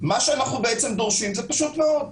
אנחנו דורשים משהו פשוט מאוד.